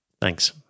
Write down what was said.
Thanks